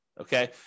Okay